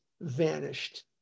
vanished